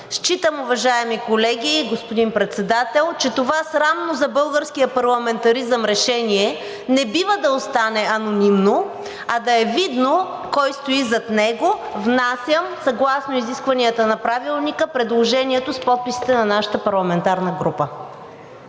Считам, уважаеми колеги, господин Председател, че това срамно за българския парламентаризъм решение не бива да остане анонимно, а да е видно кой стои зад него. Внасям, съгласно изискванията на Правилника, предложението с подписите на нашата парламентарна група.